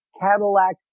Cadillac